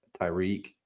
Tyreek